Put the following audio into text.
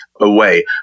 away